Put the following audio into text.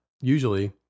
usually